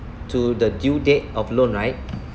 to the due date of loan right